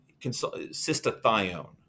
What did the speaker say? cystathione